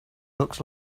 looks